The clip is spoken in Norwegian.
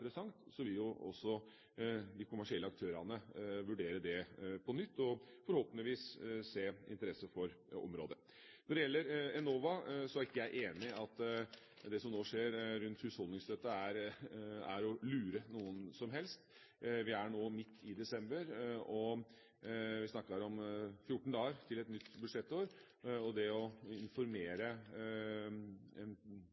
vet så lite om området. Men i det øyeblikket en ser at området er interessant, vil også de kommersielle aktørene vurdere det på nytt og forhåpentligvis fatte interesse for området. Når det gjelder Enova, er ikke jeg enig i at det som nå skjer rundt husholdningsstøtte, er å lure noen som helst. Vi er nå midt i desember, og vi snakker om 14 dager til et nytt budsjettår. Det å